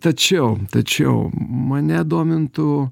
tačiau tačiau mane domintų